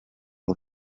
con